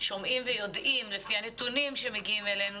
שומעים ויודעים לפי הנתונים שמגיעים אלינו,